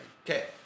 Okay